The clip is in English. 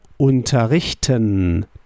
unterrichten